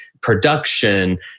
production